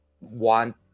want